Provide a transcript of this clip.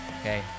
Okay